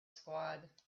squad